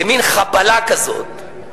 במין חבלה כזאת,